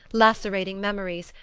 lacerating memories,